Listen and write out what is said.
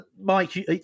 Mike